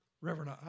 Reverend